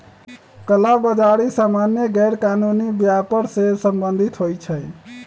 कला बजारि सामान्य गैरकानूनी व्यापर से सम्बंधित होइ छइ